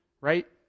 right